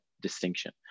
distinction